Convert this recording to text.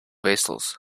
vessels